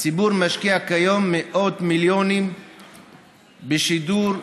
הציבור משקיע כיום מאות מיליונים בשידור ציבורי,